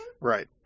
Right